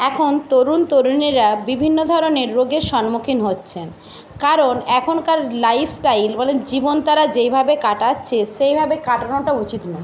এখন তরুণ তরুণীরা বিভিন্ন ধরনের রোগের সম্মুখীন হচ্ছেন কারণ এখনকার লাইফস্টাইল জীবন তারা যেইভাবে কাটাচ্ছে সেইভাবে কাটানোটা উচিত না